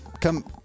come –